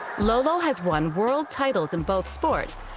lolo has won world titles in both sports,